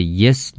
yes